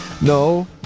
no